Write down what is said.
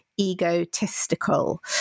egotistical